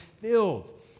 filled